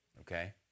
okay